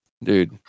Dude